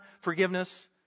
forgiveness